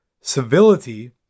civility